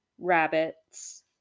rabbits